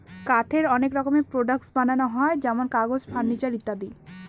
কাঠের অনেক রকমের প্রডাক্টস বানানো হয় যেমন কাগজ, ফার্নিচার ইত্যাদি